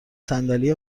صندلی